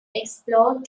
explored